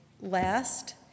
last